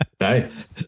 Nice